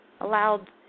allowed